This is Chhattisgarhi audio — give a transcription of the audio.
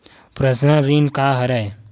पर्सनल ऋण का हरय?